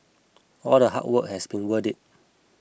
all the hard work has been worth it